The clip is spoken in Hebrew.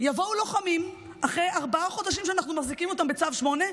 יבואו לוחמים אחרי ארבעה חודשים שאנחנו מחזיקים אותם בצו 8,